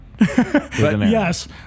Yes